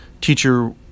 teacher